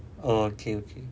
oh okay okay